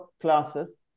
classes